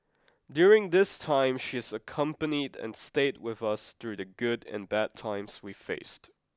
during this time she has accompanied and stayed with us through the good and bad times we faced